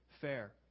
fair